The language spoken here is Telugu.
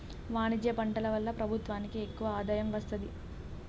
వాణిజ్య పంటల వల్ల ప్రభుత్వానికి ఎక్కువ ఆదాయం వస్తది